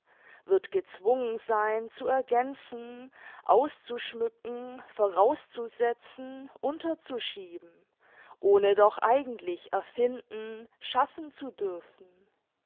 wird gezwungen sein zu ergänzen auszuschmücken vorauszusetzen unterzuschieben ohne doch eigentlich erfinden schaffen zu dürfen